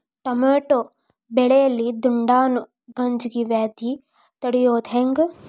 Tomato ಬೆಳೆಯಲ್ಲಿ ದುಂಡಾಣು ಗಜ್ಗಿ ವ್ಯಾಧಿ ತಡಿಯೊದ ಹೆಂಗ್?